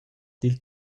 dil